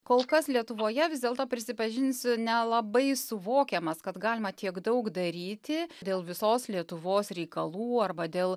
kol kas lietuvoje vis dėlto prisipažinsiu nelabai suvokiamas kad galima tiek daug daryti dėl visos lietuvos reikalų arba dėl